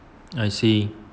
I see